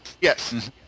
Yes